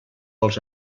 els